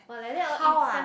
how ah